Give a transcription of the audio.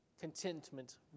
contentment